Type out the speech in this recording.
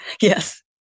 yes